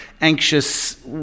anxious